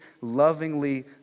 lovingly